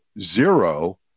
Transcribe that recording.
zero